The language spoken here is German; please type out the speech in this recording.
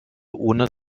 ohne